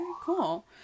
cool